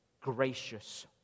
gracious